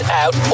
out